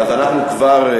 חברת